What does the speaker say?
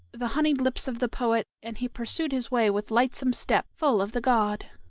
the honeyed lips of the poet, and he pursued his way with lightsome step, full of the god.